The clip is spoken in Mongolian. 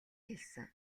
хэлсэн